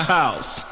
house